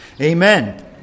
Amen